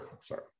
sorry